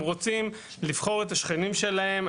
הם רוצים לבחור את השכנים שלהם.